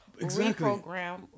reprogram